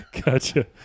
Gotcha